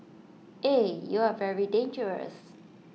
eh you are very dangerous